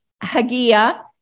Hagia